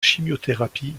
chimiothérapie